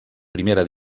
primera